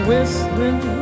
Whistling